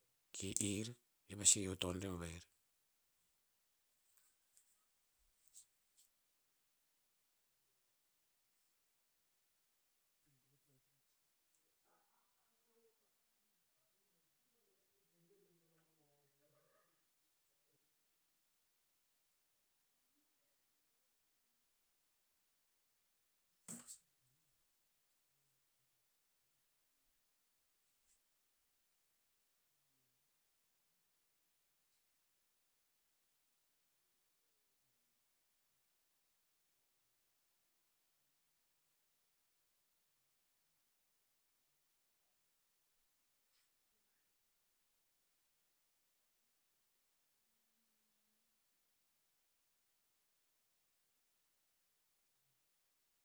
Ki ir. Ir pasi hio ton rebuer.